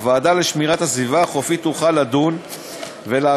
הוועדה לשמירת הסביבה החופית תוכל לדון ולאשר